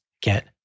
get